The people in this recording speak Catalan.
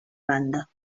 banda